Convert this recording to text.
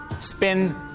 Spin